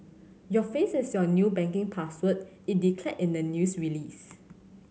your face is your new banking password it declared in the news release